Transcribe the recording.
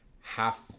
half